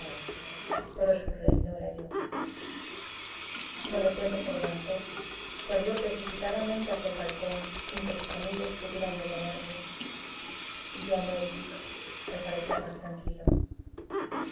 pero su rey no era yo de repente se levantó corrió precipitadamente hacia el balcón sin que sus amigos pudieran detenerle y ya en él dijo al parecer más tranquilo